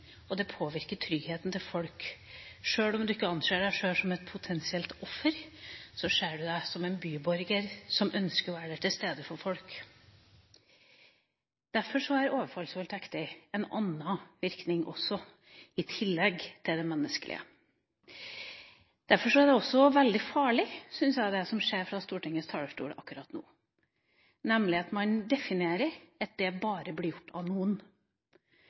og det påvirker folks trygghet. Sjøl om du ikke anser deg sjøl som et potensielt offer, så ser du deg som en byborger som ønsker å være til stede for folk. Derfor har overfallsvoldtekter en annen virkning – i tillegg til det menneskelige – og derfor er det også veldig farlig, det som skjer fra Stortingets talerstol akkurat nå, nemlig at man definerer at voldtekter bare blir begått av noen.